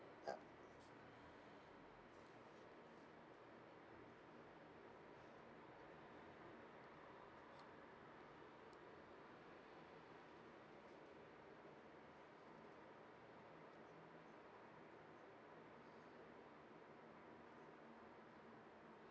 ya